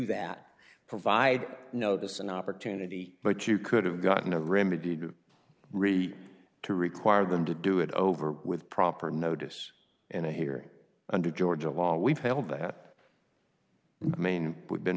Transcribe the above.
that provide notice an opportunity but you could have gotten a remedy to re to require them to do it over with proper notice and here under georgia law we've held that main we've been